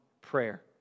prayer